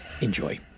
Enjoy